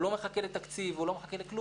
הוא לא מחכה לתקציב, הוא לא מחכה לכלום.